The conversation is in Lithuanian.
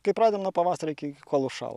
kaip pradedam nuo pavasario iki kol užšąla